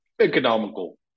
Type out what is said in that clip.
economical